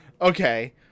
Okay